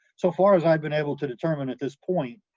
so far as i've been able to determine at this point,